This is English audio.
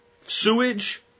sewage